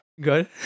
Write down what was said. good